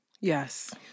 yes